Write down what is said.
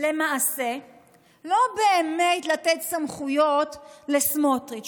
למעשה לא באמת נותנים סמכויות לסמוטריץ'.